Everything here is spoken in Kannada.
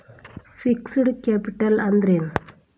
ಫಿಕ್ಸ್ಡ್ ಕ್ಯಾಪಿಟಲ್ ಅಂದ್ರೇನು?